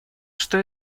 что